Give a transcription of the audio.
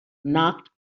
knocked